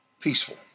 peaceful